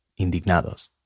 indignados